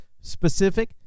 specific